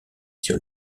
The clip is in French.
sur